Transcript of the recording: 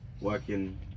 Working